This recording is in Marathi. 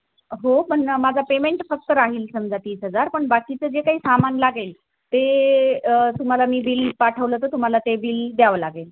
हो पण माझा पेमेंट फक्त राहील समजा तीस हजार पण बाकीचं जे काही सामान लागेल ते तुम्हाला मी बिल पाठवलं तर तुम्हाला ते बिल द्यावं लागेल